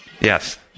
Yes